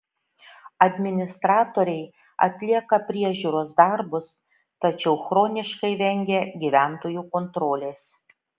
administratoriai atlieka priežiūros darbus tačiau chroniškai vengia gyventojų kontrolės